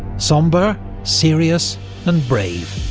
sombre, serious and brave,